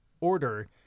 order